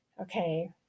Okay